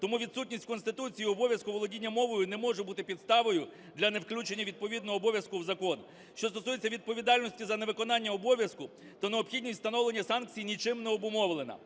Тому відсутність в Конституції обов'язку володіння мовою не може бути підставою для невключення відповідного обов'язку в закон. Що стосується відповідальності за невиконання обов'язку, то необхідність встановлення санкцій нічим не обумовлена.